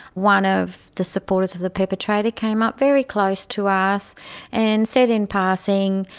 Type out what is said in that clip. one of the supporters of the perpetrator came up very close to us and said in passing,